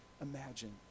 imagine